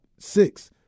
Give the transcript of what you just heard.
Six